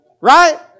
Right